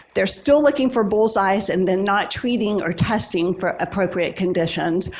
they're still looking for bull's eyes and then not treating or testing for appropriate conditions.